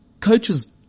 coaches